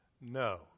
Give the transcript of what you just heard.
No